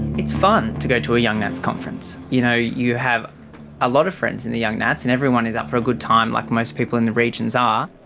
it's fun to go to a young nats conference. you know you have a lot of friends in the young nats and everyone is up for a good time like most people in the regions are.